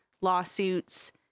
lawsuits